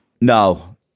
No